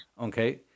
Okay